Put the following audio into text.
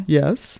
yes